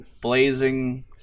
blazing